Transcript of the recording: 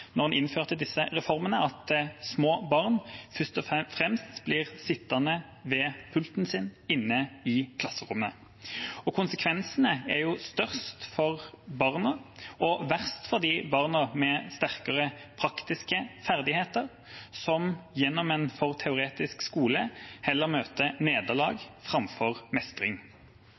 en innførte disse reformene, at små barn først og fremst blir sittende ved pulten sin inne i klasserommet. Konsekvensene er jo størst for barna og verst for de barna med sterkere praktiske ferdigheter, som gjennom en for teoretisk skole heller møter nederlag enn mestring.